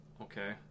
okay